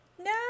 No